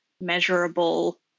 measurable